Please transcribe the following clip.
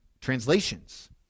translations